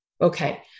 Okay